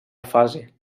fase